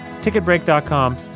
Ticketbreak.com